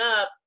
up